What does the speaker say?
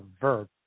verb